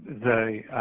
the